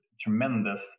tremendous